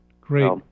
Great